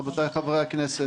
רבותיי חברי הכנסת,